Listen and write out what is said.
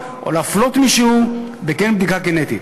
או להפלות מישהו בהתאם לבדיקה גנטית.